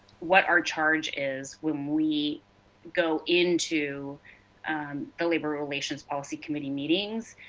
what our charge is. when we go into the labor relations policy committee meetings,